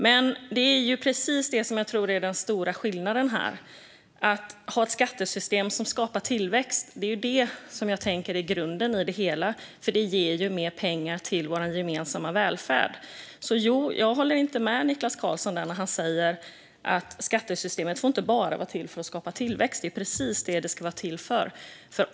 Men det är ju precis det som jag tror är den stora skillnaden här: Att ha ett skattesystem som skapar tillväxt är grunden i det hela, tänker jag. Det ger mer pengar till vår gemensamma välfärd. Jag håller alltså inte med Niklas Karlsson när han säger att skattesystemet inte bara får vara till för att skapa tillväxt - det är ju precis det som det ska vara till för.